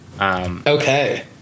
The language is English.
Okay